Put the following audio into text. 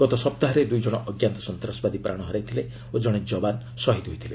ଗତ ସପ୍ତାହରେ ଦୂଇ ଜଣ ଅଜ୍ଞାତ ସନ୍ତାସବାଦୀ ପ୍ରାଣ ହରାଇଥିଲେ ଓ ଜଣେ ଯବାନ ଶହୀଦ୍ ହୋଇଥିଲେ